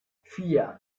vier